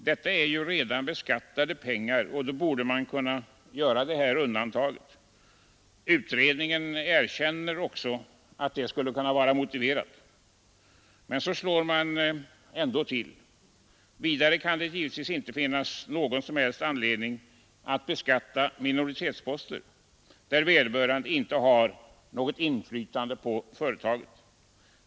Detta är redan beskattade pengar, och då borde man kunna göra det här undantaget. Utredningen erkänner också att det skulle kunna vara motiverat. Men så slår man ändå till. Vidare kan det givetvis inte finnas någon som helst anledning att beskatta minoritetsposter, där vederbörande inte har något inflytande på företaget.